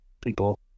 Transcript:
people